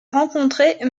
rencontré